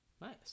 nice